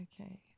okay